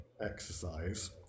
exercise